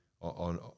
on